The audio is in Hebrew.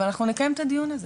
אבל אנחנו נקיים את הדיון הזה.